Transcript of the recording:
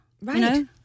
Right